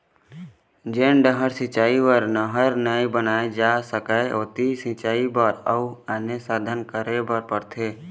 जेन डहर सिंचई बर नहर नइ बनाए जा सकय ओती सिंचई बर अउ आने साधन करे बर परथे